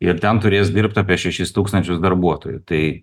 ir ten turės dirbt apie šešis tūkstančius darbuotojų tai